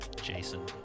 Jason